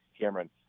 Cameron